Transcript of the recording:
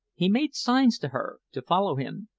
he made signs to her to follow him,